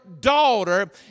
daughter